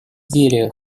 деле